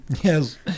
Yes